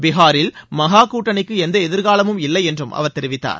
பீகாரில் மகா கூட்டணிக்கு எந்த எதிர்காலமும் இல்லை என்றும் அவர் தெரிவித்தார்